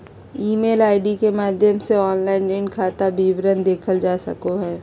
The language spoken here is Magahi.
ईमेल आई.डी के माध्यम से ऑनलाइन ऋण खाता विवरण देखल जा सको हय